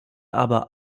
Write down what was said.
aber